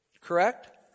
Correct